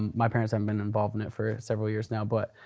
my parents haven't been involved in it for several years now but,